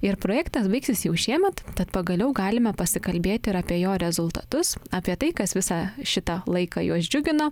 ir projektas baigsis jau šiemet tad pagaliau galime pasikalbėti ir apie jo rezultatus apie tai kas visą šitą laiką juos džiugino